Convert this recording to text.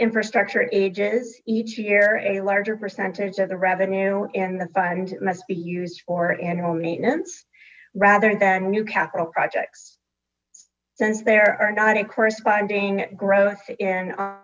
infrastructure ages each year a larger percentage of the revenue in the fund must be used for annual maintenance rather than new capital projects since there are not a corresponding growth in